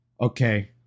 Okay